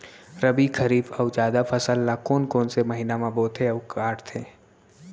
रबि, खरीफ अऊ जादा फसल ल कोन कोन से महीना म बोथे अऊ काटते?